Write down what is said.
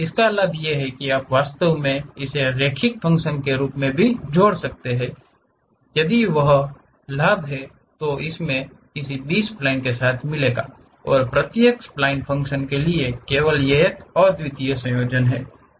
लाभ यह है कि आप वास्तव में इसे एक रैखिक फ़ंक्शन के रूप में जोड़ सकते हैं यही वह लाभ है जो हमें इस बी स्प्लिन के साथ मिलेगा और प्रत्येक स्पलाइन फ़ंक्शन के लिए केवल एक अद्वितीय संयोजन है